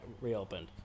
reopened